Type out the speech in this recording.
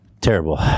Terrible